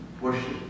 worship